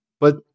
But-